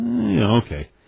okay